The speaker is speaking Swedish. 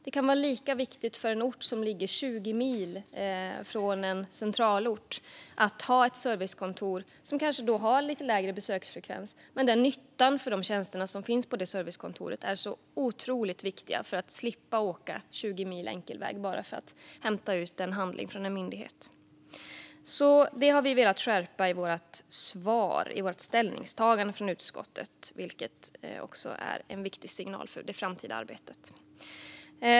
Det kan vara lika viktigt för en ort som ligger 20 mil från en centralort att ha ett servicekontor, som då kanske har en lite lägre besöksfrekvens men där nyttan av de tjänster som finns på servicekontoret är otroligt viktiga för att man ska slippa åka 20 mil enkel väg bara för att hämta ut en handling från en myndighet. Detta har utskottet i sitt ställningstagande velat skärpa, vilket också är en viktig signal för det framtida arbetet.